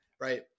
Right